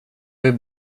vid